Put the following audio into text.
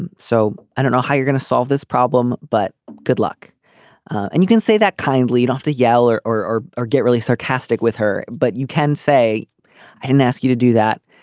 and so i don't know how you're going to solve this problem but good luck and you can say that kind lead off yeller or or get really sarcastic with her but you can say i didn't ask you to do that.